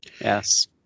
Yes